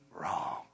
wrong